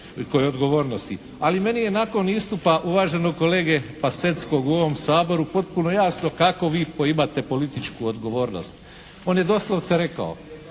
odgovornosti. Ali meni je nakon istupa uvaženog kolege Paseckog u ovom Saboru potpuno jasno kako vi poimate političku odgovornost. On je doslovce rekao